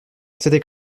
c’était